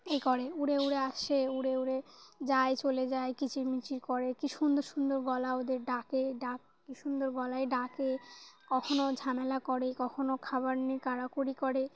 এ করে উড়ে উড়ে আসে উড়ে উড়ে যায় চলে যায় কিচিরমিচির করে কী সুন্দর সুন্দর গলা ওদের ডাকে ডাক কি সুন্দর গলায় ডাকে কখনও ঝামেলা করে কখনও খাবার নিয়ে কাড়াকাড়ি করে